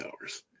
hours